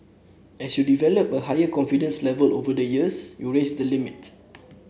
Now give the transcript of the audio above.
as you develop a higher confidence level over the years you raise the limit